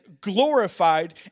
glorified